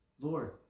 Lord